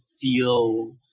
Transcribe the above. feel